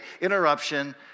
interruption